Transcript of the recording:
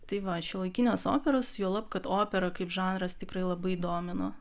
tai va šiuolaikinės operos juolab kad opera kaip žanras tikrai labai domino